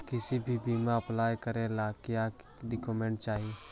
किसी भी बीमा में अप्लाई करे ला का क्या डॉक्यूमेंट चाही?